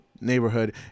neighborhood